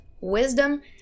wisdom